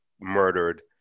murdered